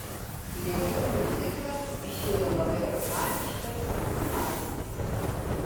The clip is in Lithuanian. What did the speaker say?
lėlių miuziklas išėjo labai organiškas laisvas